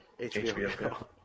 HBO